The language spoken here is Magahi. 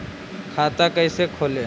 खाता कैसे खोले?